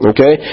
Okay